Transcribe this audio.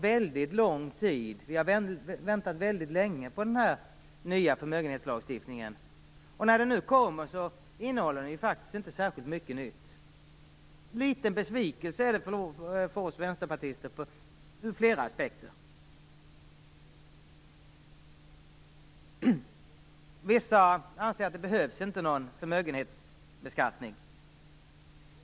Vi har väntat länge på den nya förmögenhetslagstiftningen. När betänkandet nu kommer innehåller det faktiskt inte särskilt mycket nytt. Vi vänsterpartister känner besvikelse ur flera aspekter. Vissa anser att det inte behövs någon förmögenhetsbeskattning.